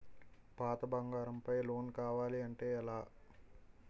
పాత బంగారం పై లోన్ కావాలి అంటే ఎలా?